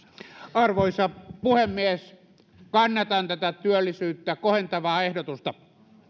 arvoisa puhemies kannatan tätä työllisyyttä kohentavaa ehdotusta